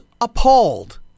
appalled